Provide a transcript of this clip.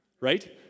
Right